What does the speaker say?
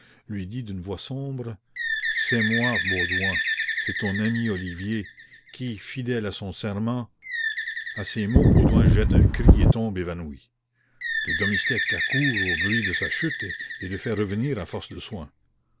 lui dit d'une voix sombre c'est moi baudouin c'est ton ami olivier qui fidèle à son serment a ces mots baudouin jette un cri et tombe évanoui le domestique accourt au bruit de sa chute et le fait revenir à force de soins